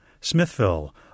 Smithville